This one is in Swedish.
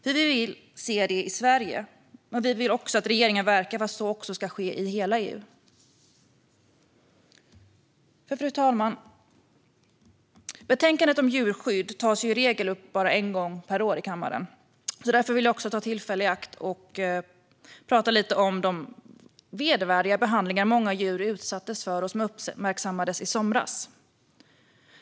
Vi vill se detta i Sverige, och vi vill att regeringen ska verka för att så också ska ske i hela EU. Fru talman! Betänkandet om djurskydd tas i regel bara upp en gång om året i kammaren, så därför vill jag ta tillfället i akt att prata lite om den vedervärdiga behandling som många djur utsatts för och som uppmärksammades i somras.